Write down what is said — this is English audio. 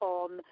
on